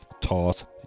toss